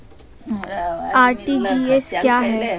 RTGS क्या है?